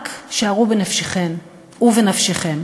רק שערו בנפשכן ובנפשכם